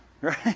Right